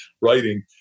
writing